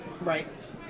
Right